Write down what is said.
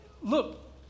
Look